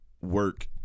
work